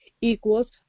Equals